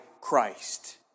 Christ